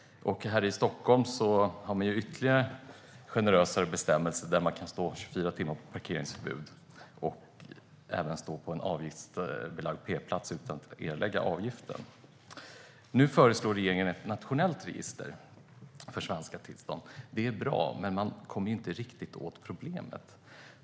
I Stockholm är det ännu generösare bestämmelser; här kan man stå 24 timmar där det råder parkeringsförbud, och man kan även stå på en avgiftsbelagd p-plats utan att erlägga avgiften. Nu föreslår regeringen ett nationellt register för svenska tillstånd. Det är bra, men man kommer inte riktigt åt problemet.